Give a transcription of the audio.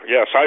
Yes